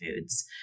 foods